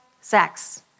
sex